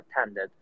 attended